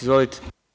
Izvolite.